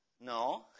No